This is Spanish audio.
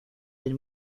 cien